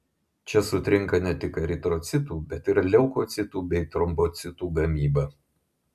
čia sutrinka ne tik eritrocitų bet ir leukocitų bei trombocitų gamyba